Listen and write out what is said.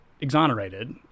exonerated